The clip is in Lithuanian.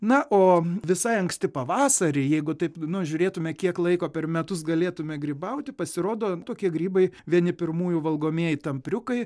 na o visai anksti pavasarį jeigu taip nu žiūrėtume kiek laiko per metus galėtume grybauti pasirodo tokie grybai vieni pirmųjų valgomieji tampriukai